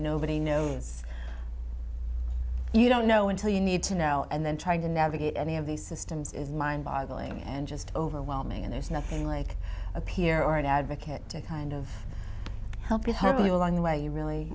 nobody you know you don't know until you need to know and then trying to navigate any of these systems is mind boggling and just overwhelming and there's nothing like a peer or an advocate to kind of help you hopefully along the way you really